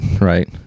right